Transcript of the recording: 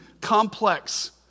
complex